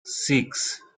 six